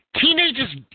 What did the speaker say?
Teenagers